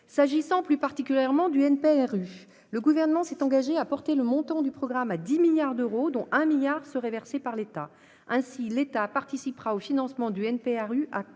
S'agissant du NPNRU, le Gouvernement s'est engagé à porter le montant du programme à 10 milliards d'euros, dont un milliard d'euros seraient versés par l'État. Ainsi, l'État participera au financement du NPNRU à